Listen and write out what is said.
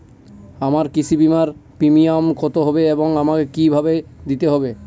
আমার কৃষি বিমার প্রিমিয়াম কত হবে এবং আমাকে কি ভাবে দিতে হবে?